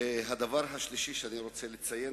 הדבר השלישי שאני רוצה לציין,